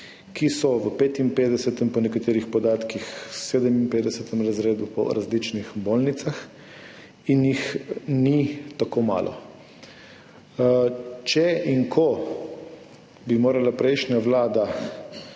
ki so v 55., po nekaterih podatkih 57. razredu po različnih bolnicah, in jih ni tako malo. Če in ko bi morala prejšnja vlada